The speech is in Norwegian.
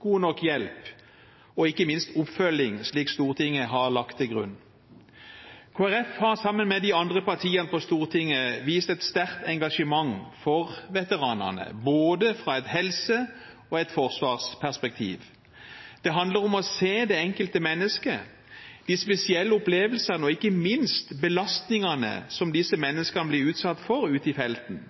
god nok hjelp og ikke minst oppfølging, slik Stortinget har lagt til grunn. Kristelig Folkeparti har, sammen med de andre partiene på Stortinget, vist et sterkt engasjement for veteranene, både fra et helse- og et forsvarsperspektiv. Det handler om å se det enkelte mennesket, de spesielle opplevelsene og ikke minst belastningene som disse menneskene har blitt utsatt for ute i felten.